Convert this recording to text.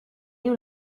you